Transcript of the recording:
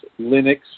Linux